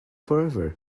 forever